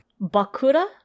Bakura